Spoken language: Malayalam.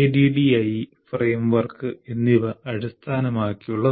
ADDIE ഫ്രെയിംവർക്ക് എന്നിവ അടിസ്ഥാനമാക്കിയുള്ളതാണ്